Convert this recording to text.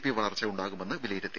P വളർച്ച ഉണ്ടാകുമെന്ന് വിലയിരുത്തി